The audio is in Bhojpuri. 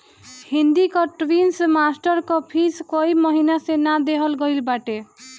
हिंदी कअ ट्विसन मास्टर कअ फ़ीस कई महिना से ना देहल गईल बाटे